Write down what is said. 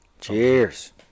Cheers